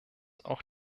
auch